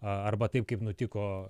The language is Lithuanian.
a arba taip kaip nutiko